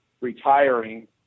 retiring